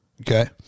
Okay